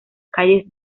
calles